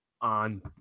on